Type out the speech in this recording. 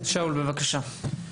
שאול, בבקשה.